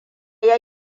ya